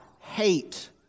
hate